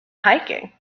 hiking